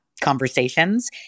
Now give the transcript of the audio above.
conversations